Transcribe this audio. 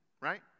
right